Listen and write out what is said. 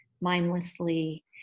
Mindlessly